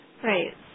Right